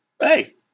hey